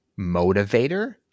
motivator